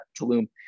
Tulum